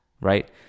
Right